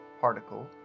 Particle